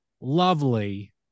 lovely